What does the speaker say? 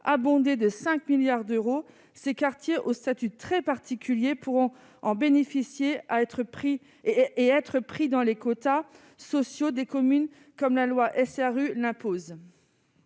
abondé de 5 milliards d'euros, ces quartiers au statut très particulier, pourront en bénéficier à être pris et être pris dans les quotas sociaux des communes comme la loi SRU n'impose.